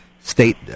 state